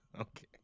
Okay